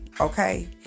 okay